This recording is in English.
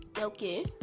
Okay